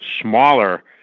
smaller